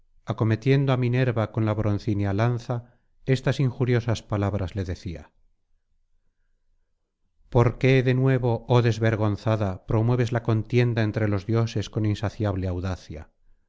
acometiendo á minerva con la broncínea lanza estas injuriosas palabras le decia por qué de nuevo oh desvergonzada promueves la contienda entre los dioses con insaciable audacia qué